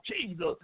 Jesus